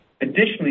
Additionally